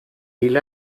hil